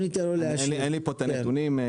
אין לי פה את הנתונים,